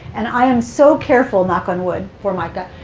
and i am so careful knock on wood formica.